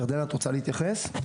ירדנה, את רוצה להתייחס?